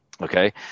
Okay